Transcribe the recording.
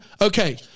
okay